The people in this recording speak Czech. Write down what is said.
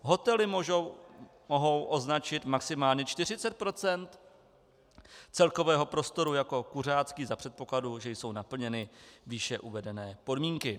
Hotely mohou označit maximálně 40 % celkového prostoru jako kuřácký za předpokladu, že jsou naplněny výše uvedené podmínky.